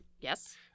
Yes